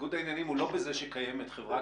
ניגוד העניינים הוא לא בזה שקיימת חברה